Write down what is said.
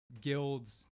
guilds